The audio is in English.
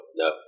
no